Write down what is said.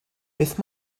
beth